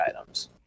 items